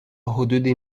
حدودی